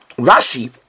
Rashi